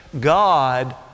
God